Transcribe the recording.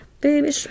baby